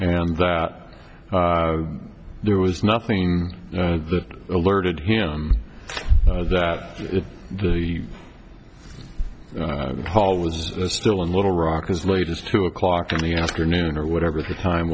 and that there was nothing that alerted him that if the hall was still in little rock as late as two o'clock in the afternoon or whatever the time